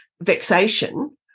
vexation